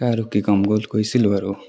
এতিয়া আৰু কি ক'ম লগত গৈছিলোঁ আৰু